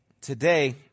Today